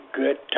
good